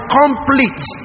complete